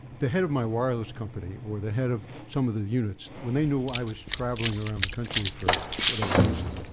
the head of my wireless company, or the head of some of the units, when they knew i was traveling around the country for whatever reason,